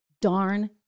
darn